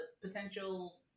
potential